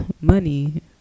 money